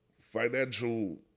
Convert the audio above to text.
financial